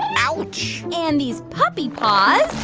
ouch. and these puppy paws.